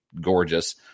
gorgeous